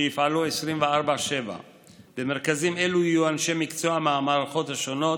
שיפעלו 24/7. במרכזים אלה יהיו אנשי מקצוע מהמערכות השונות,